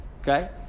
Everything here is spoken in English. okay